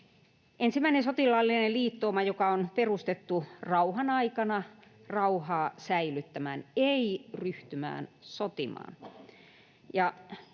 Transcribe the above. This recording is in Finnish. ensimmäinen sotilaallinen liittouma, joka on perustettu rauhan aikana rauhaa säilyttämään, ei ryhtymään sotimaan,